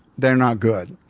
they're not good.